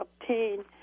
obtain